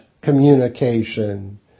communication